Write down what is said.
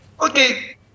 Okay